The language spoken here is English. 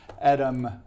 Adam